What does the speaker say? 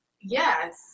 yes